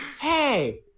Hey